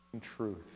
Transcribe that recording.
truth